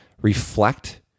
reflect